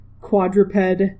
quadruped